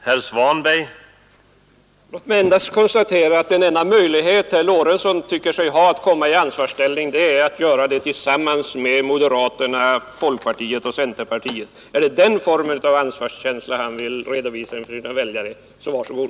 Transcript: Herr talman! Låt mig endast konstatera att den enda möjlighet herr Lorentzon tycker sig ha att komma i ansvarsställning är att gå tillsammans med moderaterna, folkpartiet och centerpartiet. Är det den formen av ansvarskänsla han vill redovisa inför sina väljare, så var så god!